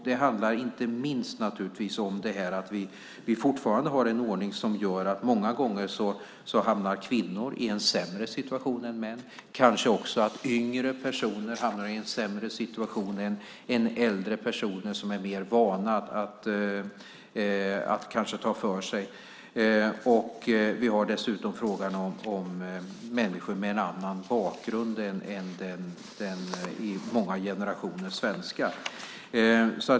Det handlar inte minst, naturligtvis, om att vi fortfarande har en ordning som gör att kvinnor många gånger hamnar i en sämre situation än män, kanske också att yngre personer hamnar i en sämre situation än äldre personer som är mer vana att ta för sig. Vi har dessutom frågan om människor med en annan bakgrund än med många generationer svenskar.